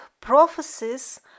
prophecies